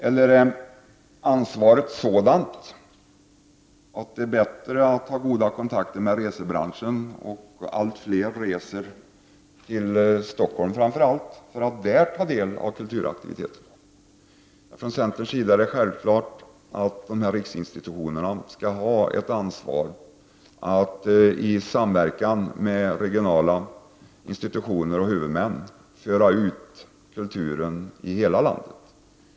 Eller är ansvaret sådant att det är bättre att ha goda kontakter med resebranschen för att fler skall kunna resa till framför allt Stockholm för att där ta del av kulturaktiviteter? Från centern anser vi det vara självklart att riksinstitutionerna skall ha ett ansvar att i samverkan med regionala institutioner och huvudmän föra ut kulturen över hela landet.